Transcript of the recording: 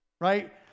right